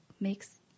makes